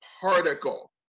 particle